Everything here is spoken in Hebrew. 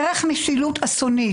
דרך משילות אסונית.